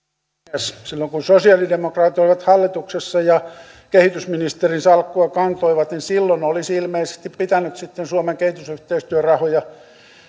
silloin kun sosialidemokraatit olivat hallituksessa ja kehitysministerin salkkua kantoivat niin olisi ilmeisesti pitänyt sitten suomen kehitysyhteistyörahoja